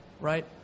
right